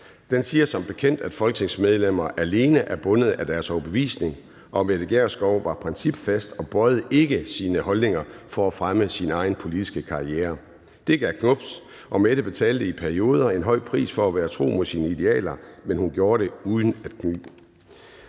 Den siger som bekendt, at folketingsmedlemmer alene er bundet af deres overbevisning, og Mette Gjerskov var principfast og bøjede ikke sine holdninger for at fremme sin egen politiske karriere. Det gav knubs, og Mette betalte i perioder en høj pris for at være tro mod sine idealer, men hun gjorde det uden at kny.